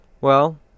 Well